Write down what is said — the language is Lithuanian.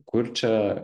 kur čia